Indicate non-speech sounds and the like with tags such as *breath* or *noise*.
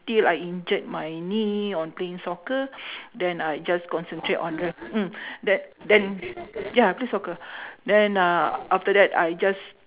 until I injured my knee on playing soccer *breath* then I just concentrate on dra~ mm the~ then ya play soccer *breath* then uh after that I just